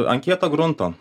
an kieto grunto